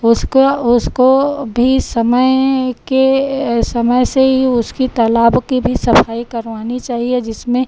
उसको उसको भी समय के समय से ही उसकी तलाब की भी सफाई करवानी चाहिए जिसमें